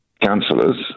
councillors